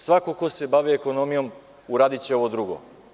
Svako ko se bavi ekonomijom uradiće ovo drugo.